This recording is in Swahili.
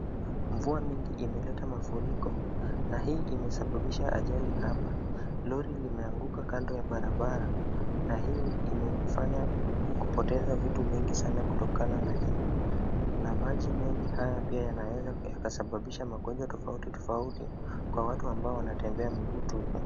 Mvua mingi imeleta mafuriko na hii imesababisha ajali hapa. Lori limeanguka kando ya barabara na hii imefanya kupoteza vitu mingi sana kutokana na hii na maji mengi haya pia yanaweza kusababisha magonjwa tofautitofauti kwa watu ambao wanatembea mguu tupu.